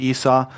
Esau